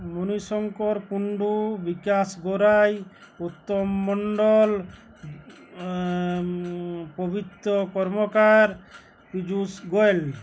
Manishankar Kundu Bikash Garai Uttam Mondal Pabitra Karmakar Piyush Goyal